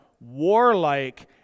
warlike